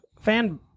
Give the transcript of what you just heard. fan